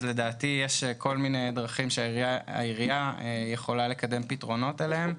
אז לדעתי יש כל מיני דרכים שהעירייה יכולה לקדם פתרונות אליהם.